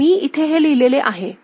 तर मी इथे हे लिहिलेले आहे